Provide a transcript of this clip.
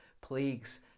plagues